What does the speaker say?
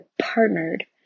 partnered